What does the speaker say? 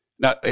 Now